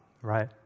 right